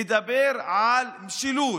מדבר על משילות.